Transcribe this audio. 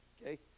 Okay